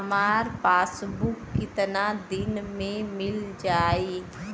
हमार पासबुक कितना दिन में मील जाई?